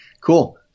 Cool